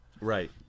Right